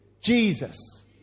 Jesus